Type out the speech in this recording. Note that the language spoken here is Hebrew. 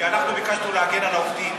כי אנחנו ביקשנו להגן על העובדים,